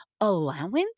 allowance